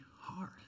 hard